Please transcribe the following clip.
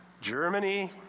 Germany